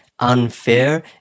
unfair